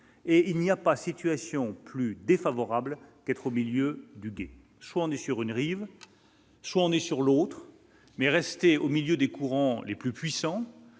et il n'y a pas situation plus défavorable qu'être au milieu du gué, soit on est sur une rive, soit on est sur l'autre, mais rester au milieu des courants les plus puissants,